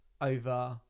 over